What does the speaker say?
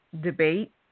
debate